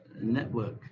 network